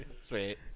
Sweet